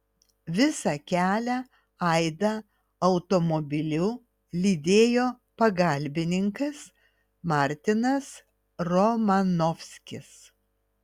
visą kelią aidą automobiliu lydėjo pagalbininkas martinas romanovskis